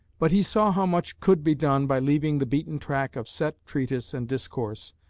but he saw how much could be done by leaving the beaten track of set treatise and discourse,